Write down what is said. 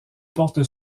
porte